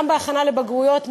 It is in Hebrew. גם בהכנה לבגרויות,